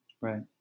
Right